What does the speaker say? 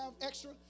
extra